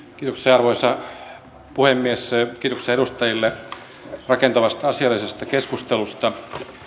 arvoisa puhemies kiitoksia edustajille rakentavasta asiallisesta keskustelusta